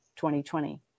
2020